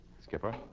Skipper